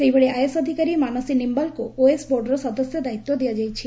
ସେହିଭଳି ଆଇଏଏସ୍ ଅଧିକାରୀ ମାନସୀ ନିମ୍ନାଲଙ୍କୁ ଓଏଏସ୍ ବୋର୍ଡର ସଦସ୍ୟ ଦାୟିତ୍ୱ ଦିଆଯାଇଛି